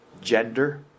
Gender